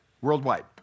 worldwide